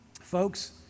Folks